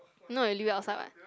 not really outside [what]